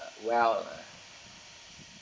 well ah